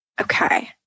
Okay